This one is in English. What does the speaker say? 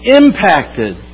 impacted